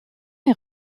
est